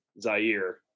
Zaire